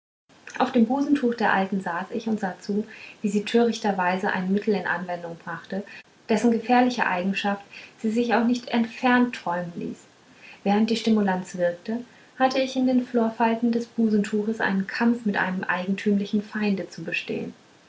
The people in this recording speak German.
auf dem busentuch der alten saß ich und sah zu wie sie törichterweiser ein mittel in anwendung brachte dessen gefährliche eigenschaft sie sich auch nicht entfernt träumen ließ während die stimulanz wirkte hatte ich in den florfalten des busentuchs einen kampf mit einem eigentümlichen feinde zu bestehen